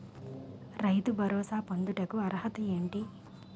రైతు భరోసా పొందుటకు అర్హత ఏంటి?